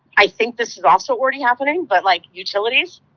i think this is also already happening. but like utilities,